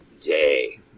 day